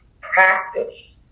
Practice